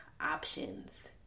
options